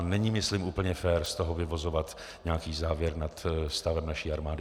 Není myslím úplně fér z toho vyvozovat nějaký závěr nad stavem naší armády.